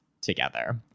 together